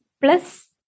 plus